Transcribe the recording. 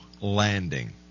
landing